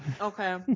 Okay